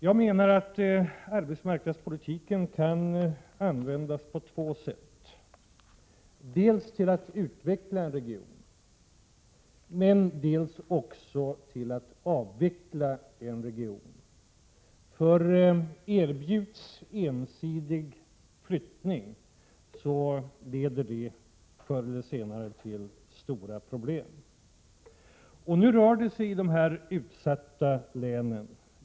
Jag menar att arbetsmarknadspolitiken kan användas på två sätt, dels till att utveckla en region, dels också till att avveckla en region. Erbjuds ensidig flyttning leder det förr eller senare till stora problem. Nu rör det sig i de utsatta länen.